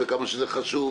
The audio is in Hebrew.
וכמה שזה חשוב,